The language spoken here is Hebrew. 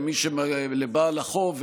לבעל החוב,